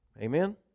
Amen